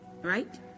right